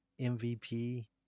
MVP